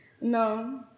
No